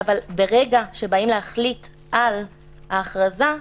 אבל ברגע שבאים להחליט על ההכרזה,